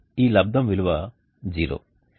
ఈ లబ్దం విలువ 0